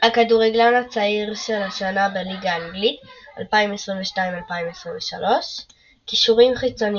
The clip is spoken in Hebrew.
הכדורגלן הצעיר של השנה בליגה האנגלית 2022/2023 קישורים חיצוניים